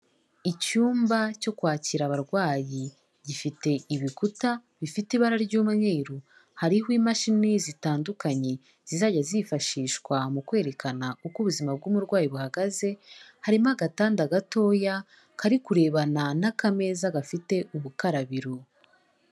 Icyumba cyo kwakira abarwayi, gifite ibikuta bifite ibara ry'umweru hariho imashini zitandukanye zizajya zifashishwa mu kwerekana uko ubuzima bw'umurwayi buhagaze, harimo agatanda gatoya karikurebana n'akameza gafite ubukarabiro.